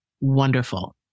wonderful